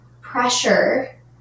pressure